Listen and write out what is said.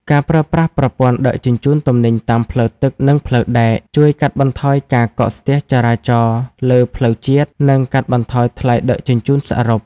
ការប្រើប្រាស់ប្រព័ន្ធដឹកជញ្ជូនទំនិញតាមផ្លូវទឹក និងផ្លូវដែក ជួយកាត់បន្ថយការកកស្ទះចរាចរណ៍លើផ្លូវជាតិ និងកាត់បន្ថយថ្លៃដឹកជញ្ជូនសរុប។